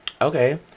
Okay